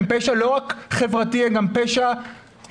הן פשע לא רק חברתי אלא גם פשע הלכתי,